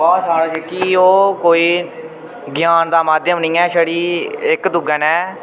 भाशा जेह्की ओह् कोई ज्ञान दा माध्यम नि ऐ छड़ी इक दुए न